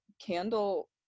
candle